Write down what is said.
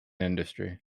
industry